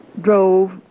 drove